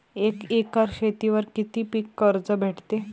एक एकर शेतीवर किती पीक कर्ज भेटते?